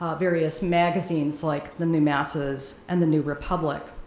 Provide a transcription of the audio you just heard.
ah various magazines like the new masses and the new republic.